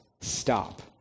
stop